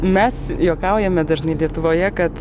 mes juokaujame dažnai lietuvoje kad